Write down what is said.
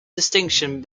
distinction